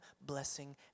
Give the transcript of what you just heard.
blessing